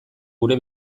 gure